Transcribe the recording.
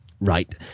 Right